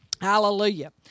Hallelujah